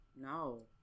no